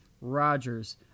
Rodgers